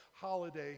holiday